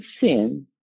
sin